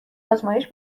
آزمایش